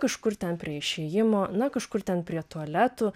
kažkur ten prie išėjimo na kažkur ten prie tualetų